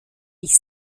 ich